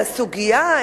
לסוגיה.